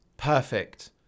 Perfect